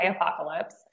apocalypse